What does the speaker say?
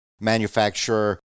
manufacturer